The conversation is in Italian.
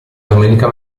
domenica